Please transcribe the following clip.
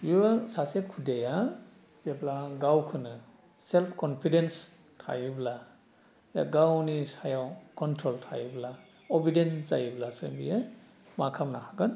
बियो सासे खुदियाया जेब्ला गावखौनो सेल्फ कनपिडेन्स थायोब्ला जे गावनि सायाव कनट्रल थायोबा अबिडेन्ट जायोब्लासो बियो मा खालामनो हागोन